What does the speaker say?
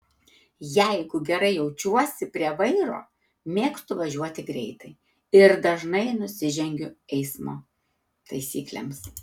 jeigu gerai jaučiuosi prie vairo mėgstu važiuoti greitai ir dažnai nusižengiu eismo taisyklėms